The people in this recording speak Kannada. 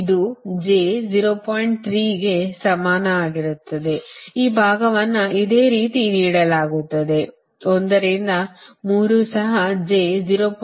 3 ಗೆ ಸಮನಾಗಿರುತ್ತದೆ ಈ ಭಾಗವನ್ನು ಇದೇ ರೀತಿ ನೀಡಲಾಗುತ್ತದೆ 1 ರಿಂದ 3 ಸಹ j 0